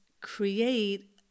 create